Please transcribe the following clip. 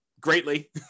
greatly